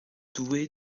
doué